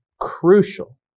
crucial